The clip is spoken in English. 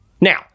Now